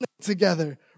together